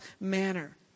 manner